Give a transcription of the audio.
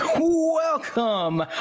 Welcome